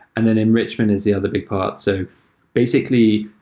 and then enrichment is the other big part. so basically,